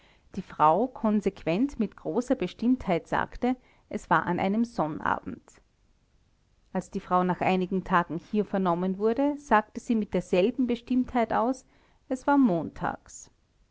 die frau konsequent mit großer bestimmtheit sagte es war an einem sonnabend als die frau nach einigen tagen hier vernommen wurde sagte sie mit derselben bestimmtheit aus es war montags